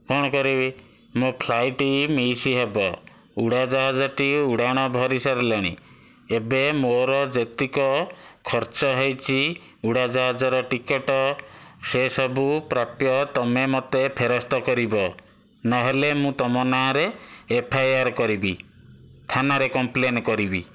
କ'ଣ କରିବି ମୋ ଫ୍ଲାଇଟ୍ ମିସ୍ ହେବ ଉଡ଼ାଜାହାଜଟି ଉଡ଼ାଣ ଧରିସାରିଲାଣି ଏବେ ମୋର ଯେତିକି ଖର୍ଚ୍ଚ ହୋଇଛି ଉଡ଼ାଜାହାଜର ଟିକେଟ୍ ସେସବୁ ପ୍ରାପ୍ୟ ତୁମେ ମୋତେ ଫେରସ୍ତ କରିବ ନହେଲେ ମୁଁ ତୁମ ନାଁରେ ଏଫ୍ ଆଇ ଆର୍ କରିବି ଥାନାରେ କମ୍ପଲେନ୍ କରିବି